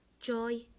joy